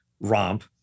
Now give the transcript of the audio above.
romp